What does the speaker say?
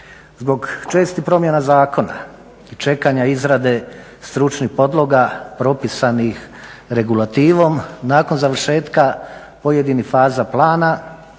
Zbog čestih promjena zakona i čekanja izrade stručnih podloga propisanih regulativom nakon završetka pojedinih faza plana